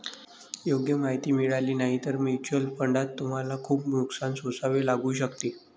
योग्य माहिती मिळाली नाही तर म्युच्युअल फंडात तुम्हाला खूप नुकसान सोसावे लागू शकते